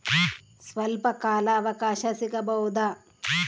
ಸ್ವಲ್ಪ ಕಾಲ ಅವಕಾಶ ಸಿಗಬಹುದಾ?